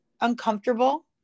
uncomfortable